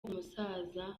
umusaza